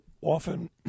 often